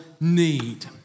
need